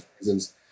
reasons